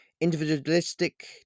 individualistic